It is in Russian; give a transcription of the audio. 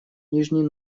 нижний